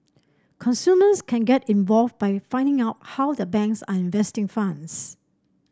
consumers can get involved by finding out how their banks are investing funds